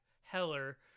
Heller